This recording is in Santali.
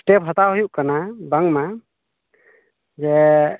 ᱥᱴᱮᱯ ᱦᱟᱛᱟᱣ ᱦᱩᱭᱩᱜ ᱠᱟᱱᱟ ᱵᱟᱝᱢᱟ ᱡᱮ